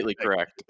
correct